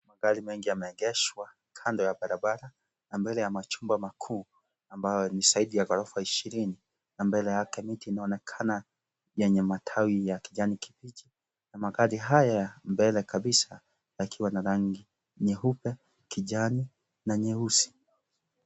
Magari mengi yameegeshwa kando ya barabara na mbele ya machumba makuu amabayo ni zaidi ya ghorofa ishirirni, na mbele yake mti inaokna yenye matawi ya kijani kipichi, na magari haya mblele kabisa yakiwa na rangi nyuepe, kijani na nyeuis.